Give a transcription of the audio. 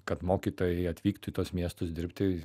kad mokytojai atvyktų į tuos miestus dirbti